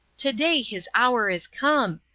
today his hour is come.